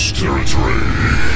territory